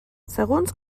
segons